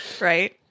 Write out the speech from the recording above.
Right